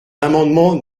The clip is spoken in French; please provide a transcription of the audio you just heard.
amendement